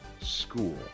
school